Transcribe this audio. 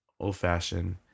old-fashioned